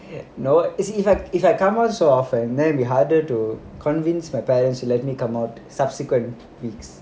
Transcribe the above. no if if I if I come also then it will be harder to convince my parents to let me come out subsequent weeks